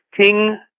king